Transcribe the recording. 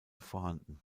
vorhanden